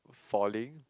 falling